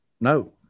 No